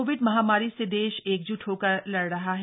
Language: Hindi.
कोविड महामारी से देश एकज्ट होकर लड़ रहा है